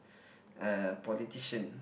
a politician